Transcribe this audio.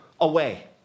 away